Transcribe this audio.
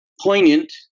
poignant